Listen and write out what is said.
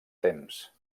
temps